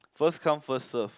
first come first serve